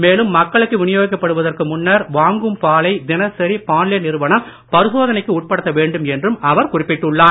மேலும் மக்களுக்கு வினியோகிக்கப் படுவதற்கு முன்னர் வாங்கும் பாலை தினசரி பாண்லே நிறுவனம் பரிசோதனைக்கு உட்படுத்த வேண்டும் என்றும் கூறியுள்ளார்